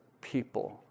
people